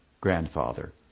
grandfather